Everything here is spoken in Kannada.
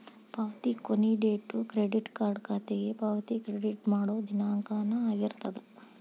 ಪಾವತಿ ಕೊನಿ ಡೇಟು ಕ್ರೆಡಿಟ್ ಕಾರ್ಡ್ ಖಾತೆಗೆ ಪಾವತಿ ಕ್ರೆಡಿಟ್ ಮಾಡೋ ದಿನಾಂಕನ ಆಗಿರ್ತದ